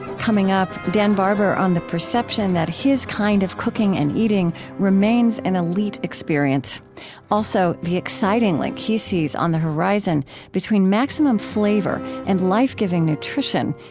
coming up, dan barber on the perception that his kind of cooking and eating remains an elite experience also, the exciting link he sees on the horizon between maximum flavor and life-giving nutrition,